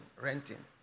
renting